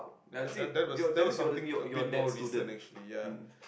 ya that that was that was something a bit more recent actually ya